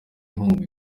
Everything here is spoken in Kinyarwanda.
inkunga